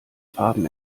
farben